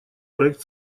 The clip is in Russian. проект